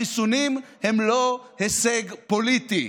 החיסונים הם לא הישג פוליטי.